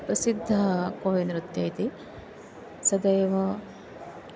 प्रसिद्धं कोयिनृत्यम् इति सदैव